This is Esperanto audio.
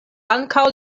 ankaŭ